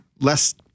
less